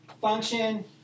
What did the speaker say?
function